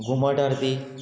घुमट आरती